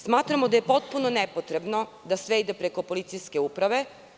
Smatramo da je potpuno nepotrebno da sve ide preko policijske uprave.